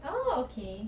oh okay